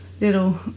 little